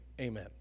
Amen